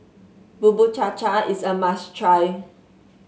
Bubur Cha Cha is a must try